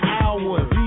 hours